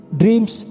dreams